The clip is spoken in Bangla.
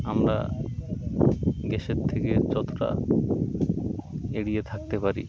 আমরা গ্যাসের থেকে যতটা এড়িয়ে থাকতে পারি